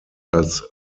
als